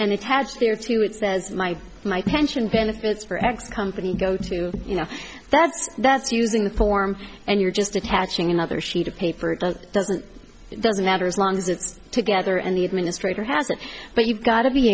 and attach there to it says my my pension benefits for x company go to you know that's that's using the form and you're just attaching another sheet of paper does doesn't doesn't matter as long as it's together and the administrator has it but you've got to be